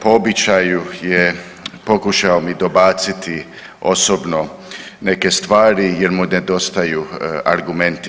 Po običaju je pokušao mi dobaciti osobno neke stvari jer mu nedostaju argumenti.